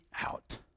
out